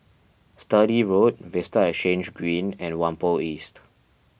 Sturdee Road Vista Exhange Green and Whampoa East